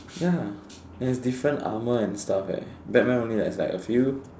ya and he have different armor and stuff eh Batman only is like have a few